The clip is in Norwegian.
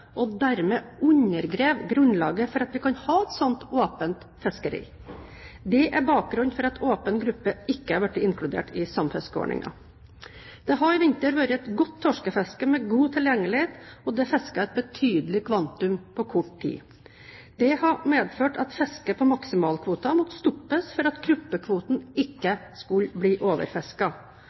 og dermed undergrave grunnlaget for at vi kan ha et slikt åpent fiskeri. Dette er bakgrunnen for at åpen gruppe ikke er blitt inkludert i samfiskeordningen. Det har i vinter vært et godt torskefiske med god tilgjenglighet, og det er fisket et betydelig kvantum på kort tid. Det har medført at fisket på maksimalkvoten måtte stoppes for at gruppekvoten ikke skulle bli